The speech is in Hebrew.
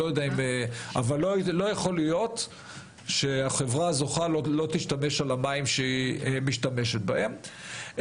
אבל לא יכול להיות שהחברה הזוכה לא תשלם עבור המים שהיא משתמשת בהם.